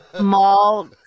Mall